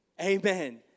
Amen